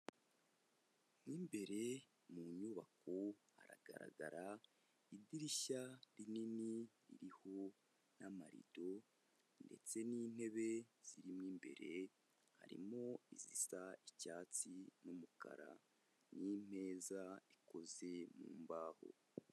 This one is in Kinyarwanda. Mo imbere mu nyubako haragaragara idirishya rinini ririho n'amarido ndetse n'intebe zirimo imbere, harimo izisa icyatsi n'umukara n'imeza ikoze mu mbaho.